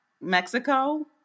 Mexico